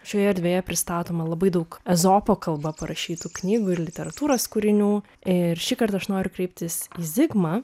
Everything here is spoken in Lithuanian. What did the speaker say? šioje erdvėje pristatoma labai daug ezopo kalba parašytų knygų ir literatūros kūrinių ir šįkart aš noriu kreiptis į zigmą